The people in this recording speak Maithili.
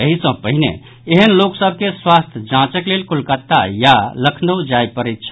एहि सँ पहिने एहेन लोक सभ के स्वास्थ्य जांचक लेल कोलकाता या लखनऊ जाय पड़ैत छल